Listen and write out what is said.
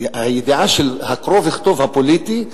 הידיעה של הקרוא-וכתוב הפוליטי,